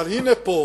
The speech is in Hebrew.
אבל, הנה פה,